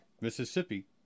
Mississippi